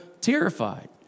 terrified